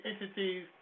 entities